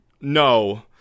No